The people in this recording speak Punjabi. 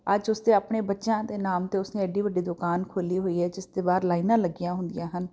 ਅੱਜ ਉਸਦੇ ਆਪਣੇ ਬੱਚਿਆਂ ਦੇ ਨਾਮ 'ਤੇ ਉਸਨੇ ਐਡੀ ਵੱਡੀ ਦੁਕਾਨ ਖੋਲ੍ਹੀ ਹੋਈ ਹੈ ਜਿਸ ਦੇ ਬਾਹਰ ਲਾਈਨਾਂ ਲੱਗੀਆਂ ਹੁੰਦੀਆਂ ਹਨ